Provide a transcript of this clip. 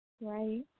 Right